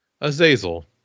Azazel